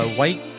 white